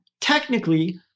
technically